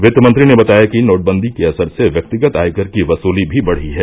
वित्त मंत्री ने बताया कि नोटबंदी के असर से व्यक्तिगत आयकर की वसूली भी बढ़ी है